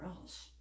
else